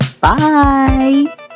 Bye